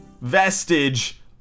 vestige